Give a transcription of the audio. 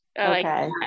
Okay